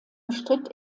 bestritt